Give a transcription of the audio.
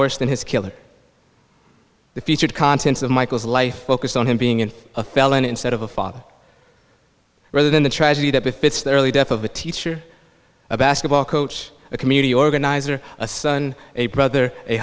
worse than his killer the featured contents of michael's life focused on him being in a felon instead of a father rather than the tragedy that befits the early death of a teacher a basketball coach a community organizer a son a brother a